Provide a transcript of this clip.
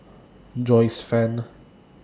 Joyce fan